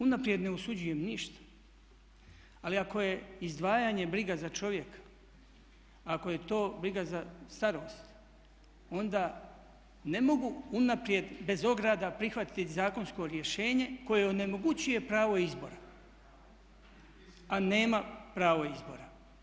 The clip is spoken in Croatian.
Unaprijed ne osuđujem ništa, ali ako je izdvajanje briga za čovjeka, ako je to briga za starost onda ne mogu unaprijed bez ograda prihvatiti zakonsko rješenje koje onemogućuje pravo izbora, a nema pravo izbora.